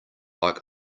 like